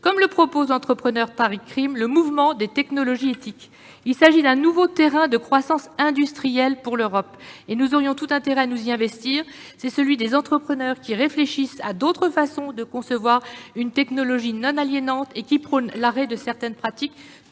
comme le propose l'entrepreneur Tariq Krim, le mouvement sur les technologies éthiques. Il s'agit d'un nouveau terrain de croissance industrielle pour l'Europe dans lequel nous aurions tout intérêt à nous investir. Il est soutenu par des entrepreneurs qui réfléchissent à d'autres façons non aliénantes de concevoir la technologie et qui prônent l'arrêt de certaines pratiques